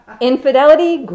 Infidelity